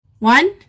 One